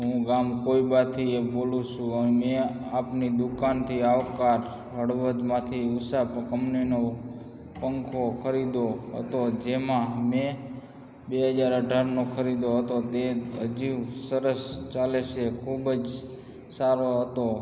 હું ગામ કોઈબાથી બોલું છુ મેં આપની દુકાનથી આવકાર હળવદમાંથી ઉષા કંપનીનો પંખો ખરીદ્યો હતો જેમાં મેં બે હજાર અઢારનો ખરીદ્યો હતો તે હજુ સરસ ચાલે છે ખૂબ જ સારો હતો